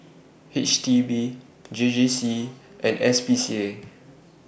H D B J J C and S C A